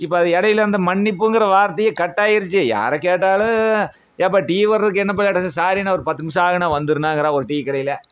இப்போ அது இடைல அந்த மன்னிப்புங்கிற வார்த்தையே கட் ஆயிருச்சு யாரை கேட்டாலும் ஏப்பா டீ வரத்துக்கு என்னப்பா லேட்டாச்சு சாரிண்ணா ஒரு பத்து நிமிஷம் ஆகுணா வந்துடுணாங்குறான் ஒரு டீ கடையில்